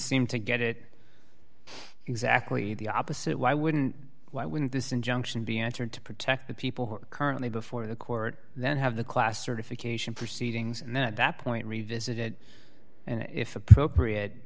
seem to get it exactly the opposite why wouldn't why wouldn't this injunction be answered to protect the people who are currently before the court then have the class certification proceedings and then at that point revisit it and if appropriate